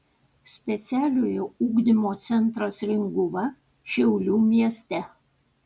specialiojo ugdymo centras ringuva šiaulių mieste